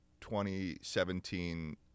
2017